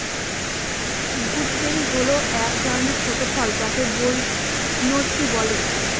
gooseberry হল এক ধরনের ছোট ফল যাকে বৈনচি বলে